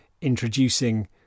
introducing